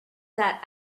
that